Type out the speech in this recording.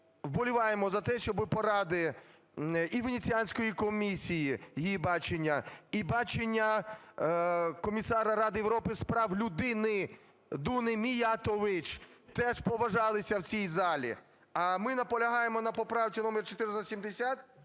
вболіваємо за те, щоби поради і Венеціанської комісії, її бачення, і бачення Комісара Ради Європи з прав людини Дуні Міятович теж поважалися в цій залі. А ми наполягаємо на поправці номер 470,